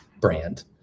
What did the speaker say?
brand